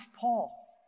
paul